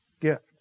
gift